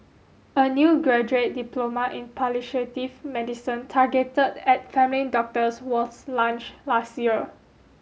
a new graduate diploma in medicine targeted at family doctors was launched last year